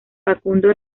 facundo